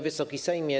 Wysoki Sejmie!